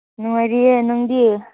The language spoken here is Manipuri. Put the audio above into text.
ꯅꯨꯡꯉꯥꯏꯔꯤꯌꯦ ꯅꯪꯗꯤ